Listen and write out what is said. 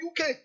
UK